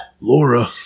Laura